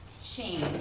change